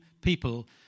people